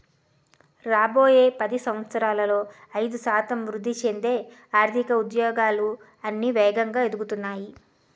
రాబోయే పది సంవత్సరాలలో ఐదు శాతం వృద్ధి చెందే ఆర్థిక ఉద్యోగాలు అన్నీ వేగంగా ఎదుగుతున్నాయి